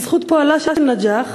בזכות פועלה של נג'אח,